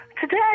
Today